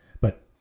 But